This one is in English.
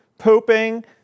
pooping